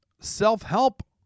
self-help